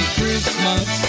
Christmas